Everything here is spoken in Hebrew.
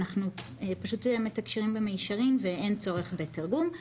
אנחנו פשוט מתקשרים במישרין ואין צורך בתרגום.